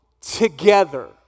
together